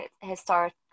historic